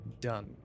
done